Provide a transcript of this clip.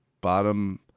bottom